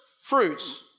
fruits